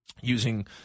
using